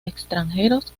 extranjeros